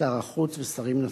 שר החוץ ושרים נוספים.